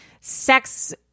sex